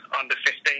under-15